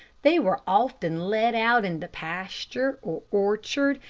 they were often let out in the pasture or orchard,